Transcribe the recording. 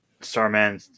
Starman